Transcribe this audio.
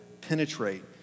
penetrate